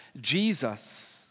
Jesus